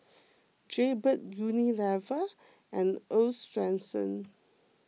Jaybird Unilever and Earl's Swensens